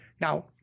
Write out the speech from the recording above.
Now